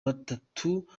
batatu